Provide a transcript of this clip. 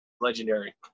legendary